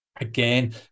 again